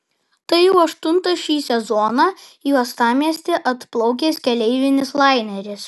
tai jau aštuntas šį sezoną į uostamiestį atplaukęs keleivinis laineris